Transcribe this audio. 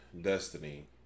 Destiny